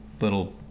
little